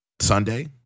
Sunday